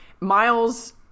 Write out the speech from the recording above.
Miles